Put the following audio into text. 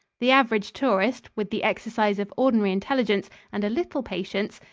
the average tourist, with the exercise of ordinary intelligence and a little patience,